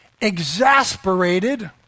exasperated